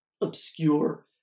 obscure